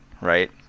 right